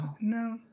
No